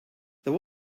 there